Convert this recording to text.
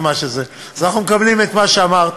אז אנחנו מקבלים את מה שאמרת,